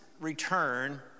return